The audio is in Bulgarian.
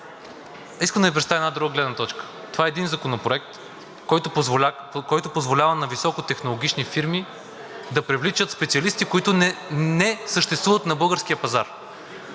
Искам да Ви представя една друга гледна точка. Това е един законопроект, който позволява на високотехнологични фирми да привличат специалисти, които не съществуват на българския пазар.